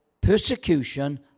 persecution